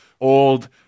old